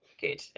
Good